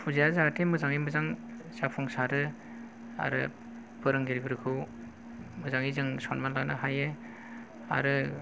फुजाया जाहाथे मोजाङै मोजां जाफुंसारो आरो फोरोंगिरिफोरखौ मोजाङै जों सनमान लानो हायो आरो